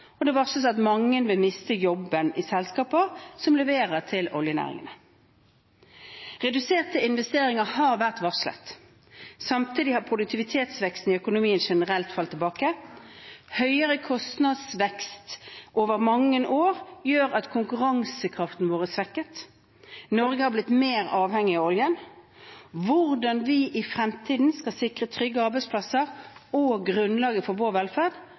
og det varsles at mange vil miste jobben i selskaper som leverer til oljenæringen. Reduserte investeringer har vært varslet. Samtidig har produktivitetsveksten i økonomien generelt falt tilbake. Høyere kostnadsvekst over mange år gjør at konkurransekraften vår er svekket. Norge har blitt mer avhengig av oljen. Hvordan vi i fremtiden skal sikre trygge arbeidsplasser og grunnlaget for vår velferd,